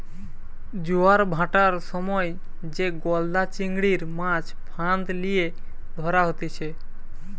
জোয়ার ভাঁটার সময় যে গলদা চিংড়ির, মাছ ফাঁদ লিয়ে ধরা হতিছে